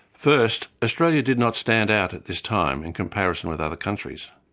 first, australia did not stand out at this time in comparison with other countries.